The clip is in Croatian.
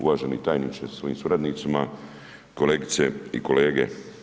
Uvaženi tajniče sa svojim suradnicima, kolegice i kolege.